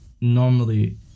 normally